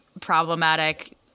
problematic